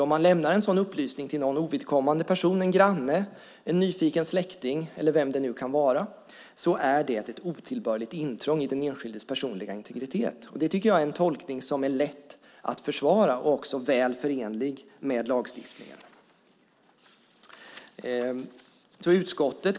Om man lämnar en sådan upplysning till en ovidkommande person - till en granne, en nyfiken släkting eller vem det nu kan vara - är det ett otillbörligt intrång i den enskildes personliga integritet. Det tycker jag är en tolkning som det är lätt att försvara och som är väl förenlig med lagstiftningen.